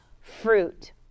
fruit